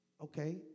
Okay